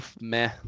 meh